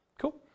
Cool